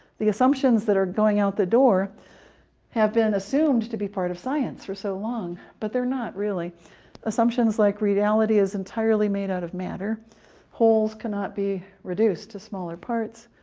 the assumptions that are going out the door have been assumed to be part of science for so long, but they're not really true assumptions. like reality is entirely made out of matter wholes cannot be reduced to smaller parts